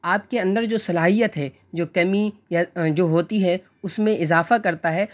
آپ کے اندر جو صلاحیت ہے جو کمی یا جو ہوتی ہے اس میں اضافہ کرتا ہے